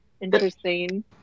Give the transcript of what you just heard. interesting